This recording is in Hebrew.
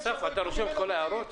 אסף, אתה רושם את כל ההערות?